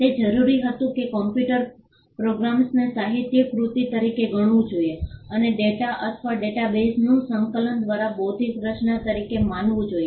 તે જરૂરી હતું કે કમ્પ્યુટર પ્રોગ્રામ્સને સાહિત્યિક કૃતિ તરીકે ગણવું જોઈએ અને ડેટા અથવા ડેટાબેસનું સંકલન પણ બૌદ્ધિક રચના તરીકે માનવું જોઈએ